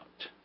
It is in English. out